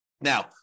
Now